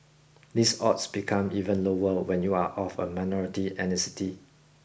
these odds become even lower when you are of a minority ethnicity